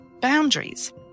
boundaries